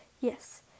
yes